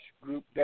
group